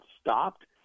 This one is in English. stopped